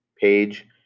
Page